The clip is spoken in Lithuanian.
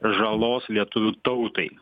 žalos lietuvių tautai